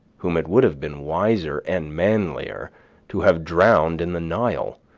whom it would have been wiser and manlier to have drowned in the nile,